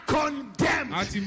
condemned